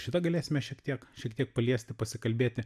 šitą galėsime šiek tiek šiek tiek paliesti pasikalbėti